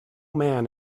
man